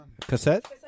cassette